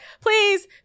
please